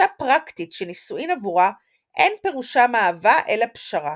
אישה פרקטית שנישואין עבורה אין פירושם אהבה אלא פשרה.